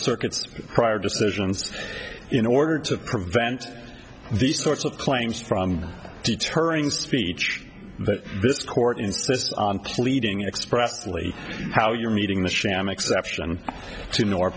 circuits prior decisions in order to prevent these sorts of claims from deterring speech but this court insists on pleading expressly how you're meeting this sham exception to nor